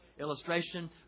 illustration